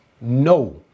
no